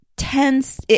Tense